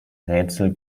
rätsel